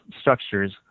structures